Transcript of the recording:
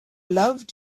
loved